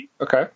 okay